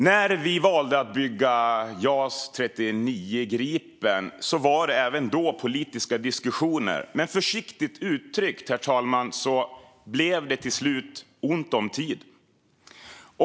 När Sverige valde att bygga Jas 39 Gripen var det också politiska diskussioner, men försiktigt uttryckt blev det till slut ont om tid.